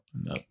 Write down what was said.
No